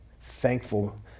thankful